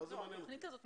מה זה מעניין אותי?